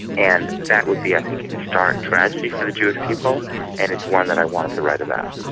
and that would be i think an historic tragedy for the jewish people and it's one that i wanted to write about.